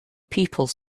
people